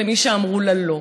למי שאמרו לה "לא",